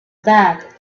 bag